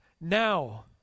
now